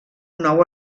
nou